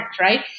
right